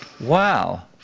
Wow